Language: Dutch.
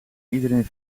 iedereen